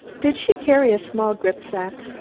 did she carry a small gripsack?